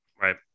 right